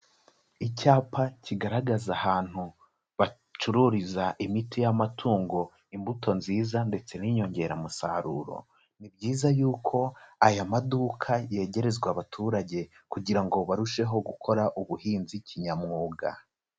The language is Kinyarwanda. Icyapa kigaragaza ahantu bacururiza imiti y'amatungo imbuto nziza ndetse n'inyongeramusaruro, ni byiza yuko aya maduka yegerezwa abaturage kugira ngo barusheho gukora ubuhinzi kinyamwuga.